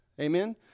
Amen